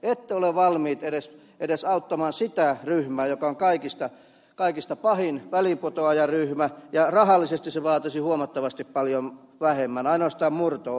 ette ole valmiit auttamaan edes sitä ryhmää joka on kaikista pahin väliinputoajaryhmä ja rahallisesti se vaatisi huomattavasti paljon vähemmän ainoastaan murto osan